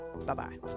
bye-bye